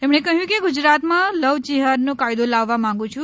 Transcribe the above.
તેમણે કહ્યું કે ગુજરાતમાં લવજેહાદનો કાયદો લાવવા માગુ છુ